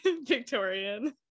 victorian